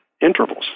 intervals